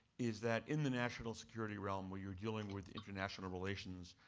is that in the national security realm where you're dealing with international relations,